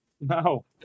No